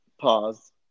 pause